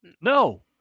No